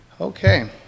Okay